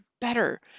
better